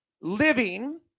living